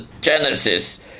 Genesis